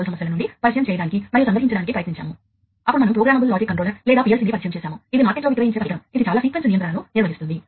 కాబట్టి మీరు పరికరాన్ని జోడించిన ప్రతిసారీ మీకు కాన్ఫిగరేషన్ సమస్య వస్తుంది